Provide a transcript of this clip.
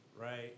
Right